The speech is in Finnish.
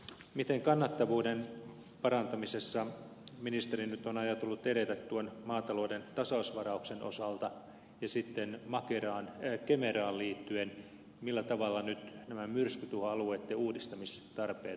miten kannattavuuden parantamisessa ministeri nyt on ajatellut edetä tuon maatalouden tasausvarauksen osalta ja sitten kemeraan liittyen millä tavalla nyt on vain viisi suoalue uudistamistarpeen